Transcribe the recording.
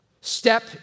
Step